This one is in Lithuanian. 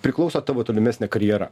priklauso tavo tolimesnė karjera